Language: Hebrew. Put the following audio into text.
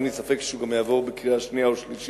ואין לי ספק שהוא גם יעבור בקריאה שנייה ושלישית,